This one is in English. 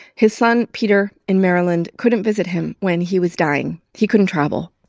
his son peter, in maryland, couldn't visit him when he was dying he couldn't travel.